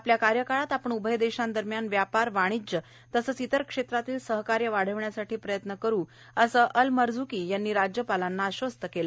आपल्या कार्यकाळात आपण उभय देशांदरम्यान व्यापार वाणिज्य तसेच इतर क्षेत्रातील सहकार्य वाढविण्यासाठी प्रयत्न करणार आहोत असे अलमझ्की यांनी राज्यपालांना आश्वस्त केले